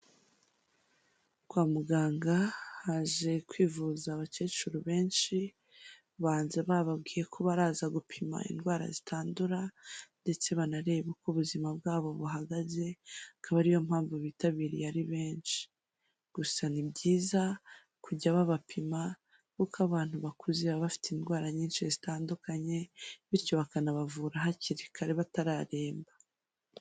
Kwa muganga haje kwivuza abakecuru benshi, ubanza bababwiye ko baraza gupima indwara zitandura ndetse banareba uko ubuzima bwabo buhagaze; bakaba ariyo mpamvu bitabiriye ari benshi. Gusa ni byiza kujya babapima kuko abantu bakuze baba bafite indwara nyinshi zitandukanye bityo bakanabavura hakiri kare batararemba.